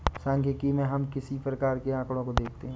सांख्यिकी में हम किस प्रकार के आकड़ों को देखते हैं?